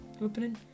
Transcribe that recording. opening